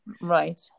right